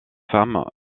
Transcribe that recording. femmes